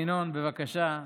ינון, בבקשה.